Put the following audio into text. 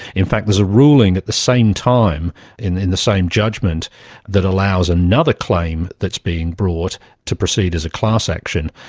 in fact there's a ruling at the same time in in the same judgement that allows another claim that is being brought to proceed as a class action.